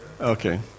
Okay